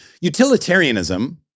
Utilitarianism